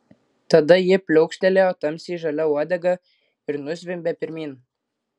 tada ji pliaukštelėjo tamsiai žalia uodega ir nuzvimbė pirmyn